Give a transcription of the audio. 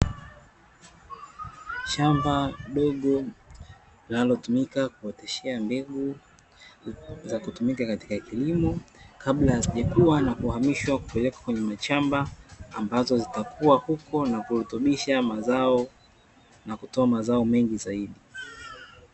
Shamba dogo linalotumika kuotesha mbegu, zakutumika katika kilimo kabla hazijakua na kuhamishwa kupelekwa kwenye mashamba, ambazo zitakuwa huko na kurutubisha mazao na kutoa mazao mengi zaidi.